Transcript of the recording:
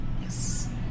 Yes